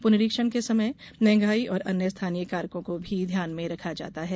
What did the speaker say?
पुनरीक्षण के समय महँगाई और अन्य स्थानीय कारकों को भी ध्यान में रखा जाता है